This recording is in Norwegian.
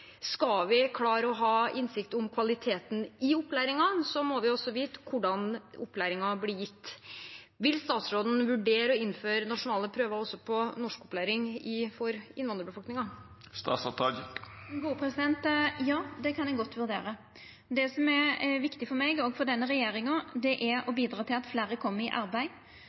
Skal vi klare å ha innsikt om kvaliteten i opplæringen, må vi også vite hvordan opplæringen blir gitt. Vil statsråden vurdere å innføre nasjonale prøver også i norskopplæring for innvandrerbefolkningen? Ja, det kan eg godt vurdera. Det som er viktig for meg og for denne regjeringa, er å bidra til at fleire kjem i arbeid.